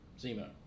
Zemo